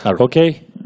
Okay